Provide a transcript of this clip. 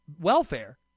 welfare